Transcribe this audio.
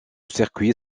circuit